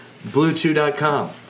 Bluetooth.com